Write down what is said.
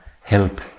help